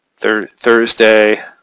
Thursday